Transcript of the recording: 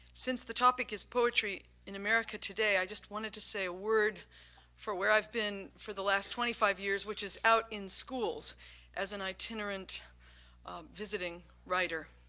since the topic is poetry in america today, i just wanted to say a word for where i've been for the last twenty five years, which is out in schools as an itinerant visiting writer.